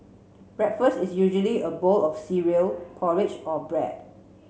breakfast is usually a bowl of cereal porridge or bread